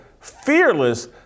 FEARLESS